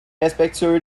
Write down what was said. respectueux